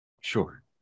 sure